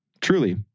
Truly